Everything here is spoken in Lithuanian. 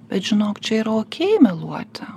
bet žinok čia yra okei meluoti